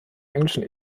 englischen